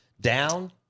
down